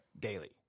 daily